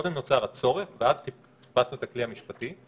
קודם נוצר הצורך, ואז חיפשנו את הכלי המשפטי.